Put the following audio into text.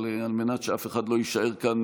אבל על מנת שאף אחד לא יישאר כאן,